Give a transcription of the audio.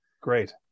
Great